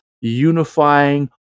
unifying